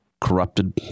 corrupted